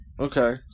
Okay